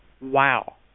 Wow